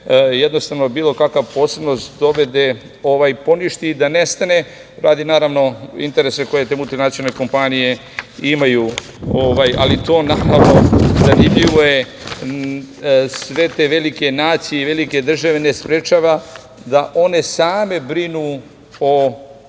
jednostavno, bilo kakav posebnost dovede, poništi, da nestane radi interesa koje te multinacionalne kompanije imaju. Zanimljivo je, sve te velike nacije i velike države ne sprečava da one same brinu o